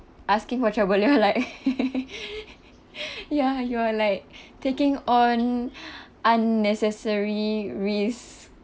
asking for trouble you're like ya you are like taking on unnecessary risk